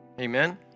Amen